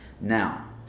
Now